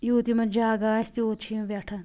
یوٗت یِمن جگہ آسہِ تیٛوٗت چھِ یِم ویٚٹھان